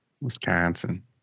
Wisconsin